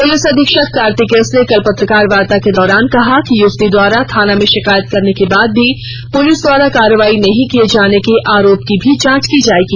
police अधीक्षक Kartik S ने कल पत्रकार वार्ता के दौरान कहा कि युवती द्वारा थाना में शिकायत करने के बाद भी पुलिस द्वारा कार्रवाई नहीं किए जाने के आरोप की भी जांच की जाएगी